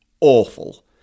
awful